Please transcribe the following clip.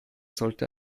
sollte